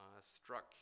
struck